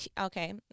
Okay